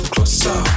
Closer